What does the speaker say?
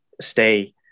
stay